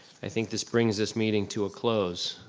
i think this brings this meeting to a close.